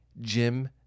Jim